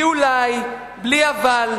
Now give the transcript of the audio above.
בלי אולי, בלי אבל.